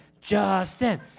Justin